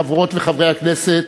חברות וחברי הכנסת,